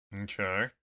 Okay